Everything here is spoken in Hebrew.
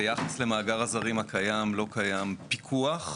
ביחס למאגר הזרים הקיים לא קיים פיקוח,